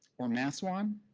or maswan.